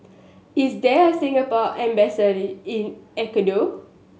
is there a Singapore in Ecuador